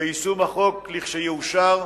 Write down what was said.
ביישום החוק, לכשיאושר,